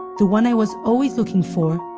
the one i was always looking for,